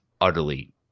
utterly